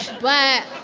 but.